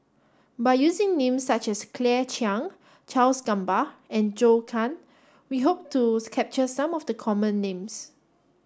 by using names such as Claire Chiang Charles Gamba and Zhou Can we hope capture some of the common names